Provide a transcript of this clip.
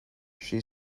she